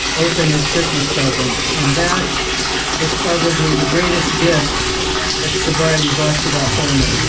open his christmas presents, and that is probably the greatest gift that sobriety brought to that family.